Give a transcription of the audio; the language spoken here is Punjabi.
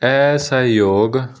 ਅਸਹਿਯੋਗ